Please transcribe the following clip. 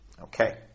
Okay